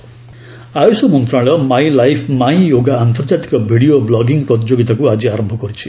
my life my yoga AYUSH ମନ୍ତ୍ରଣାଳୟ 'my life my yoga' ଆନ୍ତର୍ଜାତିକ video blogging ପ୍ରତିଯୋଗୀତାକୁ ଆଜି ଆରମ୍ଭ କରିଛି